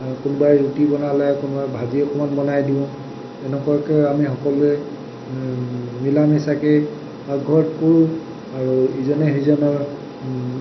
কোনোবাই ৰুটি বনালে কোনোবাই ভাজি অকণমান বনাই দিওঁ এনেকুৱাকৈ আমি সকলোৱে মিলামিচাকৈ পাকঘৰত কৰোঁ আৰু ইজনে সিজনৰ